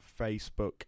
facebook